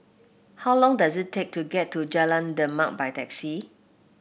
how long does it take to get to Jalan Demak by taxi